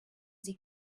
sie